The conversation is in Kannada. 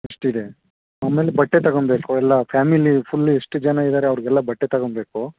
ಅಷ್ಟಿದೆ ಆಮೇಲೆ ಬಟ್ಟೆ ತಗೊಂಬೇಕು ಎಲ್ಲ ಫ್ಯಾಮಿಲಿ ಫುಲ್ಲು ಎಷ್ಟು ಜನ ಇದ್ದಾರೆ ಅವ್ರಿಗೆಲ್ಲ ಬಟ್ಟೆ ತಗೊಂಬೇಕು